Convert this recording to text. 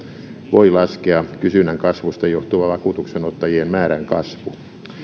voi laskea kysynnän kasvusta johtuva vakuutuksenottajien määrän kasvu